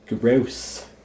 Gross